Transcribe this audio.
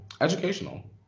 educational